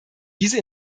diese